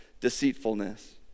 deceitfulness